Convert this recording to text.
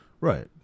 right